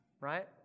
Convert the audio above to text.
right